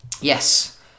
Yes